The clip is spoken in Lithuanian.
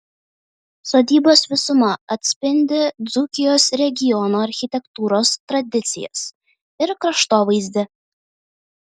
sodybos visuma atspindi dzūkijos regiono architektūros tradicijas ir kraštovaizdį